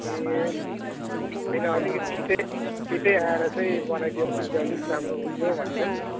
ए होइन अलिकति छिटै छिटै आएर चाहिँ बनाइदियो भने चाहिँ अलिक राम्रो हुन्थ्यो भनेर नि